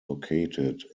located